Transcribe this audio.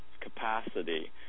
capacity